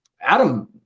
Adam